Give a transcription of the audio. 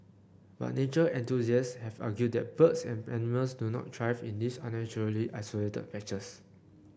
but nature enthusiasts have argued that birds and animals do not thrive in these unnaturally isolated patches